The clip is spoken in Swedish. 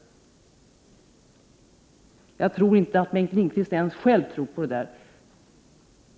Jag tror inte att ens Bengt Lindqvist själv tror på det där.